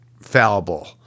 fallible